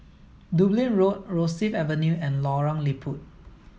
Dublin Road Rosyth Avenue and Lorong Liput